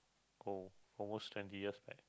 oh almost twenty years back